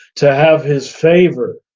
to have his favor.